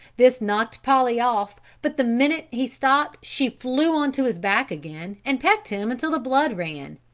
this knocked polly off but the minute he stopped she flew onto his back again and pecked him until the blood ran.